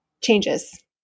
changes